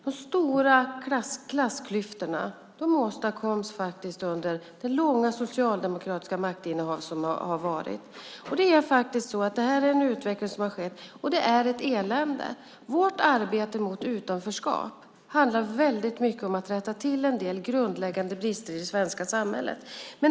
De stora klassklyftorna åstadkoms under det långa socialdemokratiska maktinnehavet. Det är en utveckling som skett - och det är ett elände. Vårt arbete mot utanförskap handlar om att rätta till en del grundläggande brister i det svenska samhället.